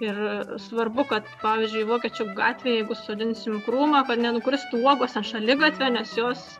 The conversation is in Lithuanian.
ir svarbu kad pavyzdžiui vokiečių gatvėj jeigu sodinsim krūmą kad nenukirstų uogos ant šaligatvio nes jos